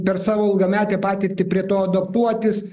per savo ilgametę patirtį prie to adaptuotis